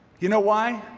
you know why?